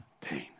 pain